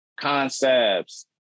concepts